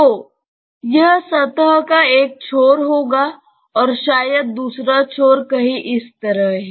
तो यह सतह का एक छोर होगा और शायद दूसरा छोर कहीं इस तरह है